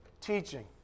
teaching